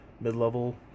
mid-level